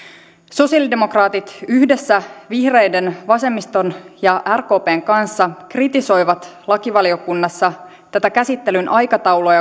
sosiaalidemokraatit yhdessä vihreiden vasemmiston ja rkpn kanssa kritisoivat lakivaliokunnassa tätä käsittelyn aikataulua